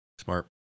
Smart